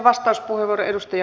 arvoisa puhemies